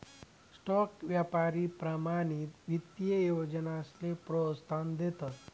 stock यापारी प्रमाणित ईत्तीय योजनासले प्रोत्साहन देतस